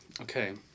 Okay